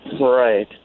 Right